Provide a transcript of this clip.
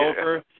over